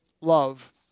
love